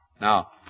Now